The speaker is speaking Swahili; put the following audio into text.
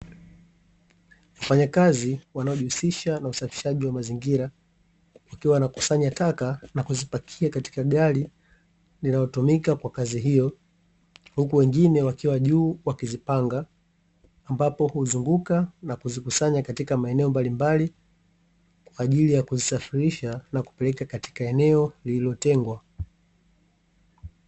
Wafanyakazi wanaojihusisha na usafishaji wa mazingira, wakiwa wanakusanya taka na kuzipakia katika gari, linalotumika kwa kazi hiyo, huku wengine wakiwa juu wakizipanga, ambapo huzunguka na kuzikusanya katika maeneo mbalimbali, kwaajili ya kuzisafirisha na kupeleka katika eneo lililotengwa,